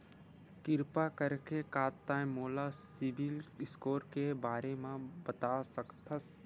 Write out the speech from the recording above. किरपा करके का तै मोला सीबिल स्कोर के बारे माँ बता सकथस?